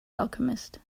alchemist